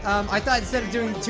i thought instead of doing